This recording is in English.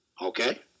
okay